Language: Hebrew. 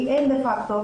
כי אין לכך רוב.